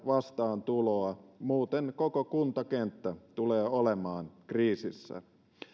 vastaantuloa muuten koko kuntakenttä tulee olemaan kriisissä